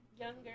younger